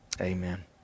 Amen